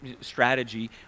strategy